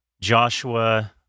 Joshua